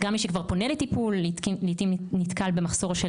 וגם מי שכבר פונה לטיפול לעתים נתקל במחסור של